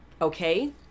Okay